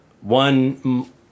One